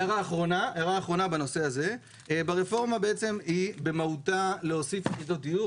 הערה אחרונה בנושא הזה הרפורמה היא במהותה להוסיף יחידות דיור,